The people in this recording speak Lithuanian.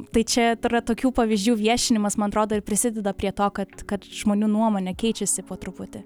tai čia yra tokių pavyzdžių viešinimas man atrodo ir prisideda prie to kad kad žmonių nuomonė keičiasi po truputį